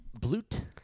Blute